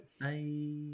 Bye